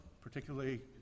particularly